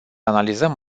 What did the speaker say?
analizăm